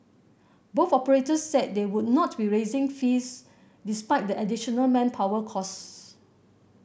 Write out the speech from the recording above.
both operators said they would not be raising fees despite the additional manpower costs